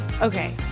Okay